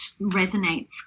resonates